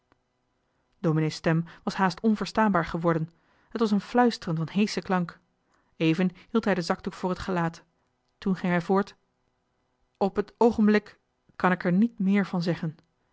zoon domenee's stem was haast onverstaanbaar geworden het was een fluisteren van heeschen klank even hield hij den zakdoek voor het gelaat toen ging hij voort op het oogenblik kan ik er niet meer van zeggen